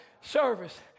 Service